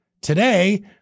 Today